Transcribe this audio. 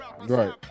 Right